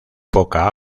poca